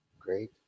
Great